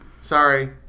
Sorry